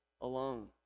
alone